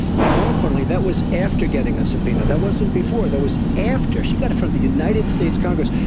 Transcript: and more importantly, that was after getting a subpoena. that wasn't before. that was after. she got it from the united states congress,